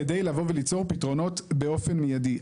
כדי לבוא וליצור פתרונות באופן מידי.